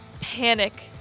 panic